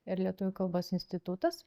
ir lietuvių kalbos institutas